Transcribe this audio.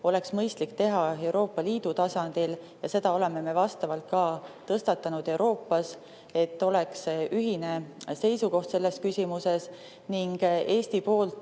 oleks mõistlik teha Euroopa Liidu tasandil. Ja selle oleme me tõstatanud Euroopas, et oleks ühine seisukoht selles küsimuses. Eestis